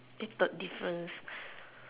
eh third difference